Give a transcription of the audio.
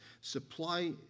supply